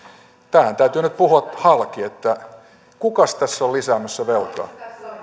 tämähän täytyy nyt puhua halki että kukas tässä on lisäämässä velkaa